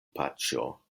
paĉjo